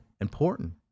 important